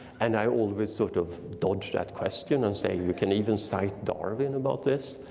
and i always sort of dodge that question and say you can even cite darwin about this,